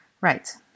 Right